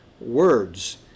words